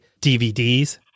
DVDs